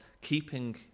keeping